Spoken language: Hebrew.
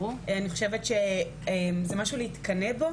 אני חושבת שזה משהו להתקנא בו,